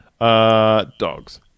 Dogs